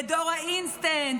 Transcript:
בדור האינסטנט,